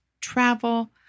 travel